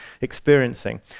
experiencing